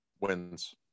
wins